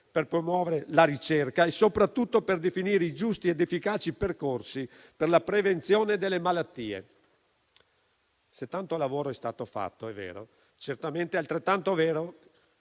per promuovere la ricerca e, soprattutto, per definire i giusti ed efficaci percorsi per la prevenzione delle malattie. Se è vero che tanto lavoro è stato fatto, è certamente altrettanto vero